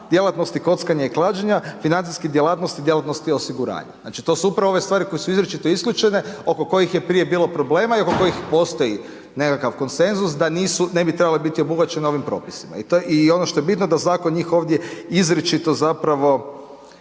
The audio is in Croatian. djelatnostima kockanja i klađenja, financijskih djelatnosti, djelatnosti osiguranja. Znači to su upravo ove stvari koje su izričito isključene, oko kojih je prije bilo problema i oko kojih postoji nekakav konsenzus da nisu, ne bi trebale biti obuhvaćene ovim propisima. I ono što je bitno, da zakon njih ovdje izričito zapravo